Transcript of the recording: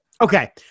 Okay